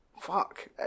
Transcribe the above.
Fuck